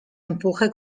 empuje